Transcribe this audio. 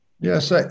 Yes